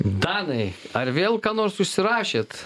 danai ar vėl ką nors užsirašėt